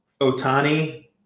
Otani